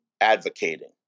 advocating